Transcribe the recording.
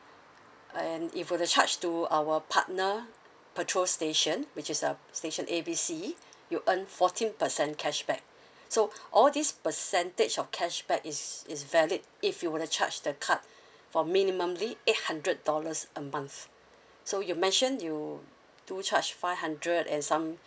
and if you were charge to our partner petrol station which is uh station A B C you earn fourteen percent cashback so all these percentage of cashback is is valid if you were to charge the card for minimum hundred dollars a month so you mentioned you do charge five hundred and some